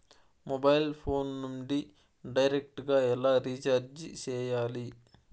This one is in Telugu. మొబైల్ ఫోను నుండి డైరెక్టు గా ఎలా రీచార్జి సేయాలి